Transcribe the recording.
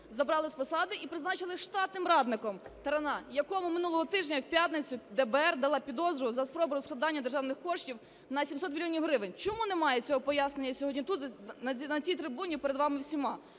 забрали з посади і призначили штатним радником Тарана, якому минулого тижня в п'ятницю ДБР дала підозру за спробу розкрадання державних коштів на 700 мільйонів гривень. Чому немає цього пояснення сьогодні тут, на цій трибуні, перед нами всіма?